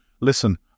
listen